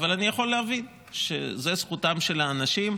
אבל אני יכול להבין שזו זכותם של האנשים.